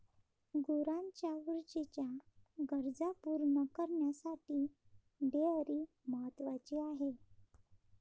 गुरांच्या ऊर्जेच्या गरजा पूर्ण करण्यासाठी डेअरी महत्वाची आहे